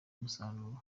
musaruro